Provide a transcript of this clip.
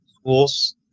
schools